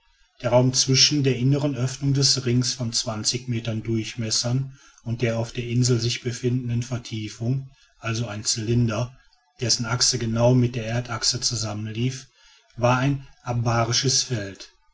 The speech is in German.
der raum zwischen der inneren öffnung des ringes von zwanzig metern durchmesser und der auf der insel sich befindenden vertiefung also ein zylinder dessen achse genau mit der erdachse zusammenfiel war ein abarisches feld